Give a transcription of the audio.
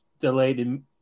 delayed